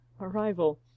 arrival